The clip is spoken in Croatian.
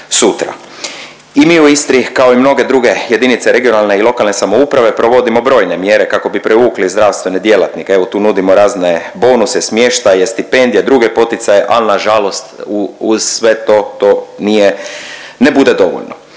I mi u Istri, kao i mnoge druge jedinice regionalne i lokalne samouprave provodimo brojne mjere kako bi privukli zdravstvene djelatnike, evo, tu nudimo razne bonuse, smještaje, stipendije, druge poticaje, ali nažalost uz sve to, to nije, ne bude dovoljno.